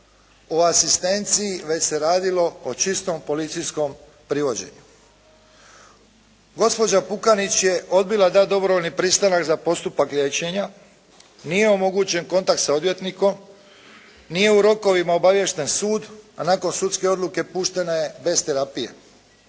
o asistenciji, već se radilo o čistom policijskom privođenju. Gospođa Pukanić je odbila dati dobrovoljni pristanak za postupak liječenja. Nije omogućen kontakt sa odvjetnikom. Nije u rokovima obaviješten sud, a nakon sudske odluke puštena je bez terapije.